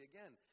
Again